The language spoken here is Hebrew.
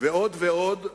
ועוד ועוד.